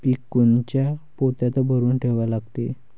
पीक कोनच्या पोत्यात भरून ठेवा लागते?